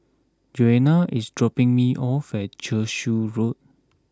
Joanna is dropping me off at Cashew Road